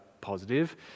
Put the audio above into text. positive